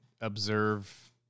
observe